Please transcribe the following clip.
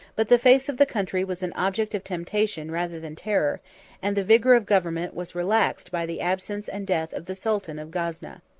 but the face of the country was an object of temptation rather than terror and the vigor of government was relaxed by the absence and death of the sultan of gazna.